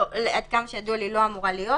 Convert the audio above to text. עד כמה שידוע לי לא אמורה להיות,